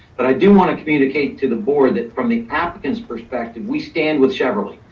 but i do wanna communicate to the board that from the applicant's perspective, we stand with cheverly.